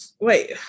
Wait